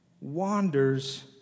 wanders